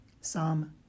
Psalm